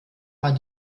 war